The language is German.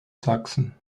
sachsen